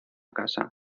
casa